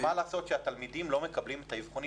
מה לעשות שהתלמידים לא מקבלים את האבחונים